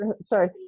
sorry